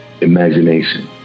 imagination